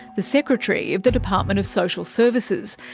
the secretary of the department of social services.